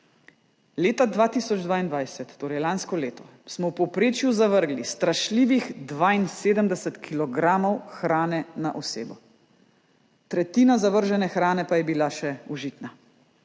Leta 2022, torej lansko leto, smo v povprečju zavrgli strašljivih 72 kg hrane na osebo, tretjina zavržene hrane pa je bila še užitna.